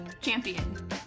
champion